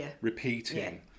repeating